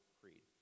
creed